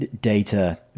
data